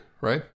right